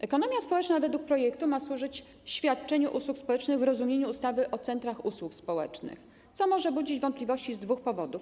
Ekonomia społeczna według projektu ma służyć świadczeniu usług społecznych w rozumieniu ustawy o centrach usług społecznych, co może budzić wątpliwości z dwóch powodów.